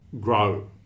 grow